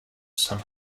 some